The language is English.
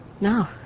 No